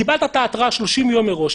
קיבלת את ההתראה 30 יום מראש,